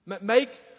Make